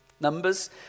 Numbers